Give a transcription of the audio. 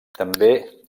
també